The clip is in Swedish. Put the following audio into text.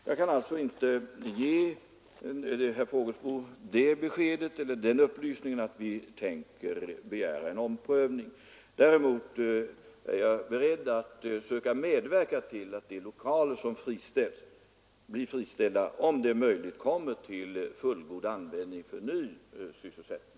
Jag kan därför inte ge herr Fågelsbo den upplysningen att vi tänker begära en omprövning. Däremot är jag beredd att söka medverka till att de lokaler som blir friställda om möjligt kommer till fullgod användning för ny sysselsättning.